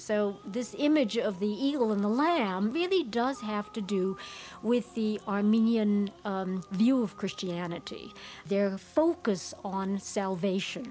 so this image of the evil in the lamb really does have to do with the armenian view of christianity their focus on salvation